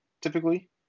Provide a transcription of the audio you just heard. typically